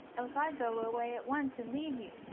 else i go away at once, and leave you.